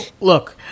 look